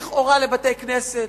לכאורה לבתי-כנסת,